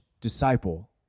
disciple